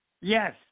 Yes